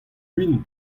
win